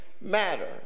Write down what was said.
matter